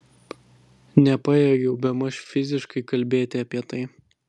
nepajėgiau bemaž fiziškai kalbėti apie tai